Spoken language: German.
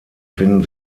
finden